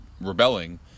rebelling